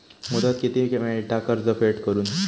मुदत किती मेळता कर्ज फेड करून?